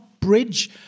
bridge